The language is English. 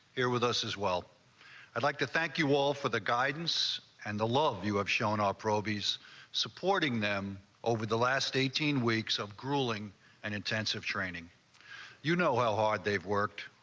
here with us as well i'd like to thank you all for the guidance and the love you have shown up robie's supporting them over the last eighteen weeks of grueling and intensive training you know how hard they ve worked,